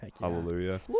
hallelujah